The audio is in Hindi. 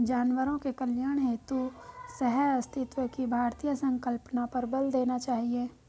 जानवरों के कल्याण हेतु सहअस्तित्व की भारतीय संकल्पना पर बल देना चाहिए